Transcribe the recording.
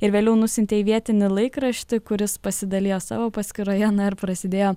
ir vėliau nusiuntė į vietinį laikraštį kuris pasidalijo savo paskyroje na ir prasidėjo